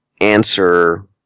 answer